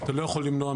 לא עבירת קנס.